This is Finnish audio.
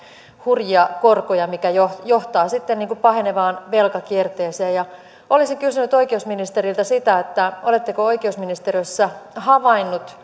hurjia korkoja mikä johtaa sitten pahenevaan velkakierteeseen olisin kysynyt oikeusministeriltä sitä sitä oletteko oikeusministeriössä havainnut